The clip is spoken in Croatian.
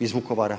iz Vukovara,